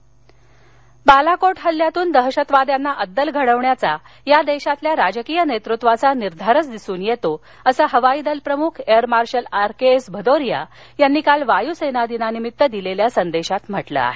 वायसेना दिवस बालाकोट हल्ल्यातून दहशतवाद्यांना अद्दल घडवण्याचा या देशातील राजकीय नेतृत्वाचा निर्धारच दिसून येतो असं हवाईदल प्रमुख air marshal R K S Bhadauria यांनी काल वायुसेनादिनानिमित्त दिलेल्या संदेशात म्हटलं आहे